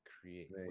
create